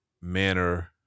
manner